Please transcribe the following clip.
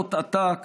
בעלויות עתק